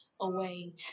away